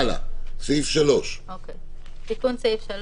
ריאלי, שלגביו ניתנת הלוואה והוא באמת בסיכון יותר